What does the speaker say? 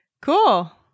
Cool